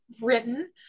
written